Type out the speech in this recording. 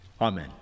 Amen